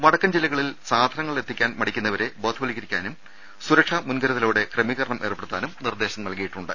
വടക്കൻ ജില്ലകളിൽ സാധനങ്ങൾ എത്തിക്കാൻ മടിക്കുന്നവരെ ബോധവത്കരിക്കാനും സുരക്ഷാ മുൻകരുതലോടെ ക്രമീകരണം ഏർപ്പെടുത്താനും നിർദേശം നൽകിയിട്ടുണ്ട്